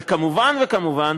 אבל כמובן וכמובן,